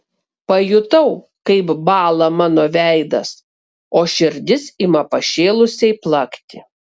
pajutau kaip bąla mano veidas o širdis ima pašėlusiai plakti